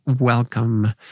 welcome